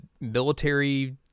military